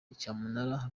cyamunara